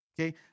Okay